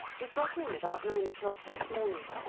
we got in about nine o'clock this morning.